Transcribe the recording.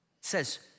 says